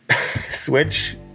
switch